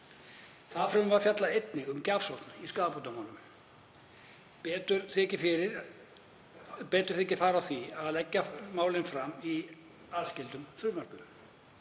Það frumvarp fjallaði einnig um gjafsókn í skaðabótamálum. Betur þykir fara á því að leggja málin fram í aðskildum frumvörpum.